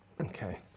Okay